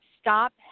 stop